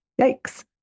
Yikes